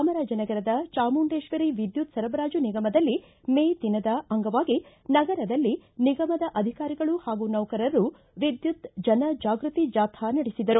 ಚಾಮರಾಜನಗರದ ಚಾಮುಂಡೇಶ್ವರಿ ವಿದ್ಯುತ್ ಸರಬರಾಜು ನಿಗಮದಲ್ಲಿ ಮೇ ದಿನದ ಅಂಗವಾಗಿ ನಗರದಲ್ಲಿ ನಿಗಮದ ಅಧಿಕಾರಿಗಳು ಹಾಗೂ ನೌಕರರು ವಿದ್ಯುತ್ ಜನ ಜಾಗ್ಟತಿ ಜಾಥಾ ನಡೆಸಿದರು